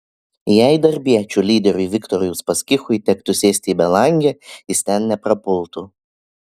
jei darbiečių lyderiui viktorui uspaskichui tektų sėsti į belangę jis ten neprapultų